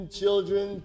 children